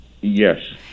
Yes